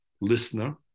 listener